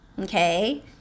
okay